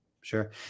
Sure